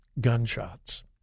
gunshots